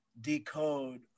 decode